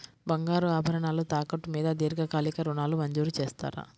బంగారు ఆభరణాలు తాకట్టు మీద దీర్ఘకాలిక ఋణాలు మంజూరు చేస్తారా?